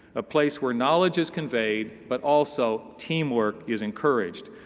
a place where knowledge is conveyed but also teamwork is encouraged.